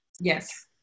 Yes